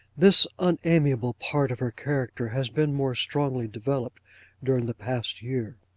this unamiable part of her character has been more strongly developed during the past year.